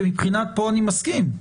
כי פה אני מסכים,